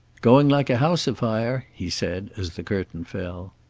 going like a house afire, he said, as the curtain fell.